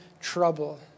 trouble